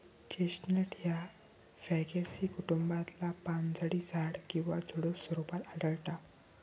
chestnut ह्या Fagaceae कुटुंबातला पानझडी झाड किंवा झुडुप स्वरूपात आढळता